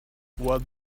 what